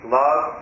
love